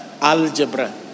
Algebra